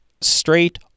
Straight